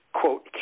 quote